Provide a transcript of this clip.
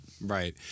Right